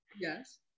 Yes